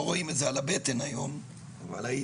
לא רואים את זה על הבטן היום, אבל הייתי.